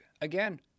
again